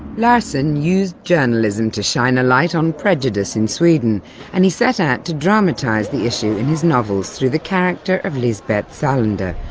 larsson used journalism to shine a light on prejudice in sweden and he set out to dramatise the issue in his novels through the character of lisbeth salander,